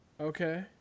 Okay